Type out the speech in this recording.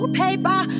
paper